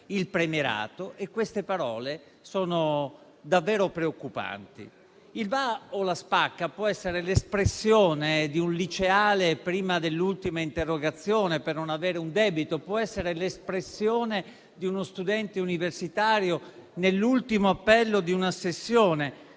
la va o la spacca" può essere l'espressione di un liceale prima dell'ultima interrogazione per non avere un debito; può essere l'espressione di uno studente universitario nell'ultimo appello di una sessione,